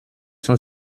cent